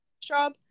job